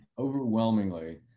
Overwhelmingly